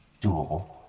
doable